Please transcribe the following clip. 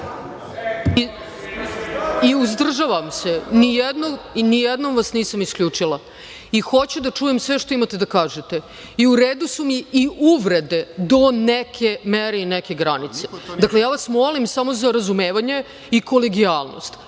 I uzdržavam se. Nijednom vas nisam isključila. Hoću da čujem sve što imate da kažete i u redu su mi i uvrede, do neke mere i neke granice. Dakle molim vas samo za razumevanje i kolegijalnost.